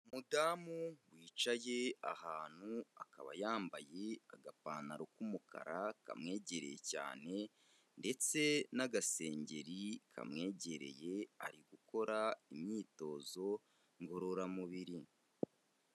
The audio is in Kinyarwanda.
Umudamu wicaye ahantu akaba yambaye agapantaro k'umukara kamwegereriye cyane ndetse n'agasengeri kamwegereye ari gukora imyitozo ngororamubiri.